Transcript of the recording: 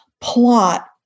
plot